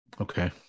Okay